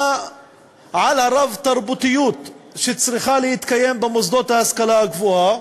על הרב-תרבותיות שצריכה להתקיים במוסדות ההשכלה הגבוהה